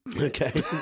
okay